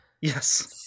Yes